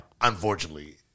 Unfortunately